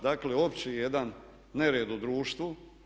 Dakle, opći jedan nered u društvu.